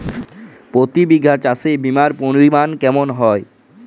প্রতি বিঘা চাষে বিমার পরিমান কেমন হয়?